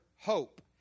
hope